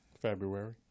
February